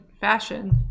fashion